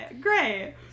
great